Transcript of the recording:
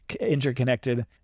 interconnected